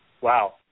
wow